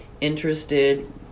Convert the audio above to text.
interested